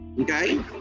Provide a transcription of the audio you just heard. okay